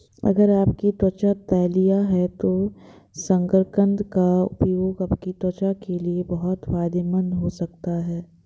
अगर आपकी त्वचा तैलीय है तो शकरकंद का उपयोग आपकी त्वचा के लिए बहुत फायदेमंद हो सकता है